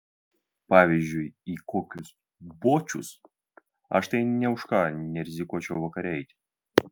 pavyzdžiui į kokius bočius aš tai nė už ką nerizikuočiau vakare eiti